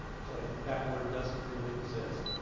so that word doesn't really exist.